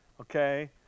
okay